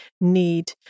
need